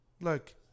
Look